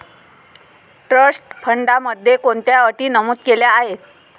Trust फंडामध्ये कोणत्या अटी नमूद केल्या आहेत?